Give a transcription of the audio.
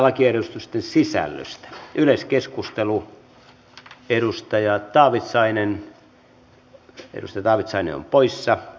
lakiehdotusten ensimmäinen käsittely päättyi